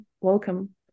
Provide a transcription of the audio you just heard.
welcome